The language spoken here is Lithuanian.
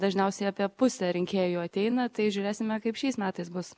dažniausiai apie pusė rinkėjų ateina tai žiūrėsime kaip šiais metais bus